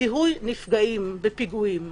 זיהוי נפגעים בפיגועים.